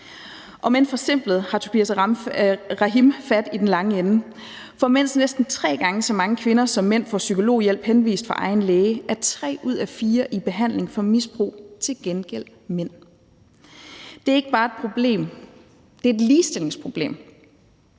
Om end forsimplet har Tobias Rahim fat i den lange ende, for mens næsten tre gange så mange kvinder som mænd får psykologhjælp henvist fra egen læge, er tre ud af fire i behandling for misbrug til gengæld mænd. Det er ikke bare et problem, det er et ligestillingsproblem.